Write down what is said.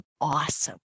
awesome